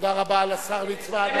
תודה רבה לשר ליצמן.